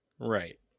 Right